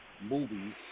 movies